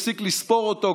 הפסיק לספור אותו.